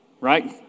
Right